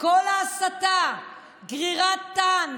כל ההסתה, גרירת טנק,